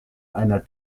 einer